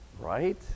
right